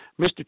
Mr